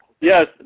Yes